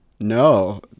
No